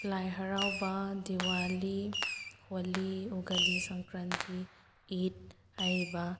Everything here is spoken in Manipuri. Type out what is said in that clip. ꯂꯥꯏ ꯍꯔꯥꯎꯕ ꯗꯤꯋꯥꯂꯤ ꯍꯣꯂꯤ ꯎꯒꯗꯤ ꯁꯪꯀ꯭ꯔꯥꯟꯇꯤ ꯏꯠ ꯍꯥꯏꯔꯤꯕ